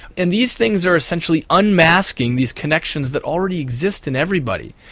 and these things are essentially unmasking these connections that already exist in everybody.